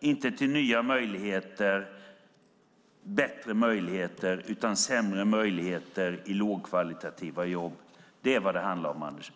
inte över till nya och bättre möjligheter utan till sämre möjligheter i lågkvalitativa jobb. Det är vad det handlar om, Anders Borg.